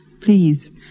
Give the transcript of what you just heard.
please